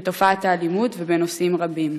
בתופעת האלימות ובנושאים רבים.